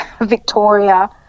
Victoria